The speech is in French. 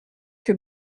que